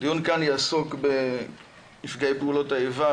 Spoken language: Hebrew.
הדיון כאן יעסוק בנפגעי פעולות האיבה,